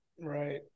Right